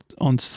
on